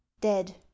dead